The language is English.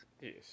Yes